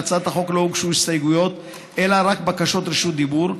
להצעת החוק לא הוגשו הסתייגויות אלא רק בקשות רשות דיבור,